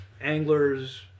Anglers